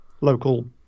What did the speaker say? local